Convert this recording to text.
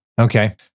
Okay